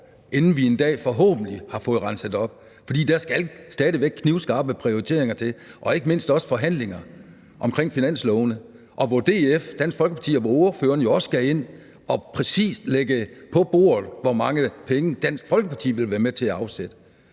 inden vi en dag forhåbentlig har fået renset op. For der skal stadig væk knivskarpe prioriteringer til og ikke mindst også forhandlinger omkring finanslovene – hvor DF og ordføreren jo også skal ind og lægge på bordet, præcis hvor mange penge Dansk Folkeparti vil være med til at afsætte.